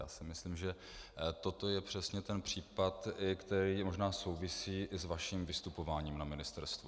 Já si myslím, že toto je přesně ten případ, který možná souvisí i s vaším vystupováním na ministerstvu.